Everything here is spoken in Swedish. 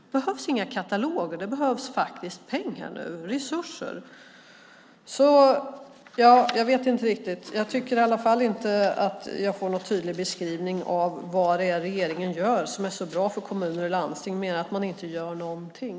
Det behövs inga kataloger; det behövs faktiskt pengar och resurser nu. Jag tycker inte att jag får någon tydlig beskrivning av vad det är regeringen gör som är så bra för kommuner och landsting, mer än att man inte gör någonting.